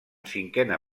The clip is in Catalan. cinquena